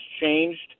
changed